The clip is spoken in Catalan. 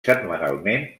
setmanalment